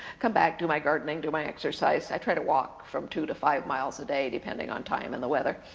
come back, do my gardening, do my exercise, i try to walk from two to five miles a day depending on time and the weather,